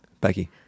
Becky